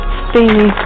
steamy